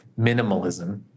minimalism